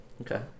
Okay